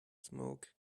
smoke